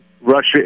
Russia